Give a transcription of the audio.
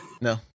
No